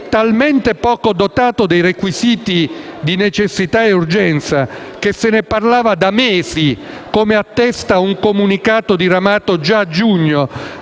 talmente poco dotato dei requisiti di necessità e urgenza che se ne parlava da mesi, come attesta un comunicato diramato già a giugno